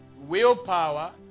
willpower